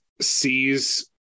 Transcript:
sees